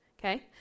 okay